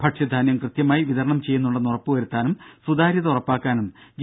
ഭക്ഷ്യധാന്യം കൃത്യമായി വിതരണം ചെയ്യുന്നുണ്ടെന്ന് ഉറപ്പുവരുത്താനും സുതാര്യത ഉറപ്പാക്കാനും ജി